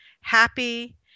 Happy